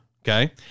Okay